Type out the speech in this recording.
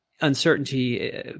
Uncertainty